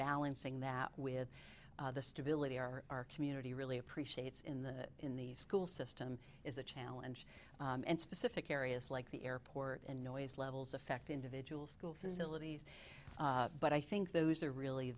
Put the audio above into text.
balancing that with the stability our community really appreciates in the in the school system is a challenge and specific areas like the airport and noise levels affect individual school facilities but i think those are really